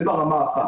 זה ברמה אחת.